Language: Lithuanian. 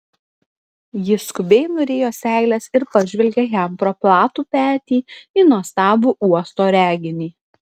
ji skubiai nurijo seiles ir pažvelgė jam pro platų petį į nuostabų uosto reginį